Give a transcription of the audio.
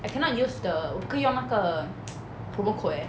I cannot use the 我不可以用哪个 promo code eh